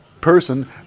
person